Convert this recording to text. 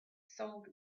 sold